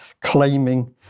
claiming